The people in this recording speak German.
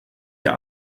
der